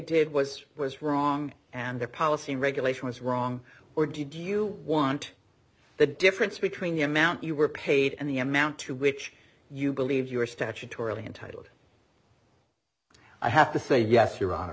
did was was wrong and the policy regulation was wrong or did you want the difference between the amount you were paid and the amount to which you believe you are statutorily entitled i have to say yes you